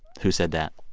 who said that?